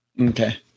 Okay